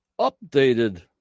updated